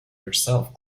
yourself